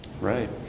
Right